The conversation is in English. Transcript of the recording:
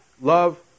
Love